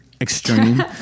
extreme